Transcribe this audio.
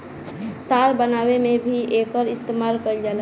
तार बनावे में भी एकर इस्तमाल कईल जाला